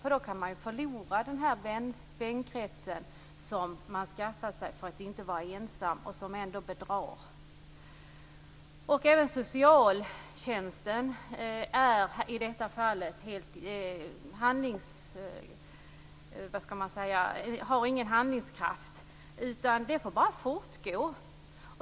Personen riskerar att förlora den vänkrets som man skaffat sig för att inte vara ensam - men som ändå bedrar personen. Socialtjänsten kan i dessa fall inte utöva någon handlingskraft. Detta får bara fortgå.